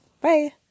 Bye